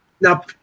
Now